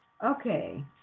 Okay